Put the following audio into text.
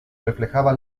reflejaba